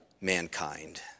mankind